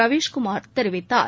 ரவிஷ் குமார் தெரிவித்தார்